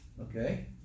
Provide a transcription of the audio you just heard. Okay